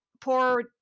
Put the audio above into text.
poor